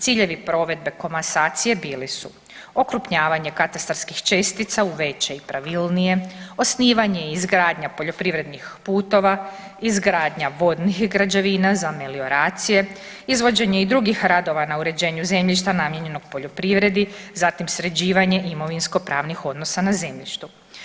Ciljevi provedbe komasacije bili su okrupnjavanje katastarskih čestica u veće i pravilnije, osnivanje i izgradnja poljoprivrednih putova, izgradnja vodnih građevina za melioracije, izvođenje i drugih radova na uređenju zemljišta namijenjenog poljoprivredi, zatim sređivanje imovinsko pravnih odnosa na zemljištu.